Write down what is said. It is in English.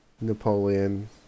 Napoleon